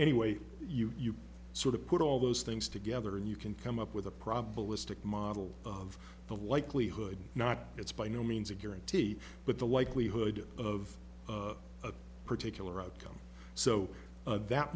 anyway you sort of put all those things together and you can come up with a probabilistic model of the likelihood not it's by no means a guarantee but the likelihood of a particular outcome so that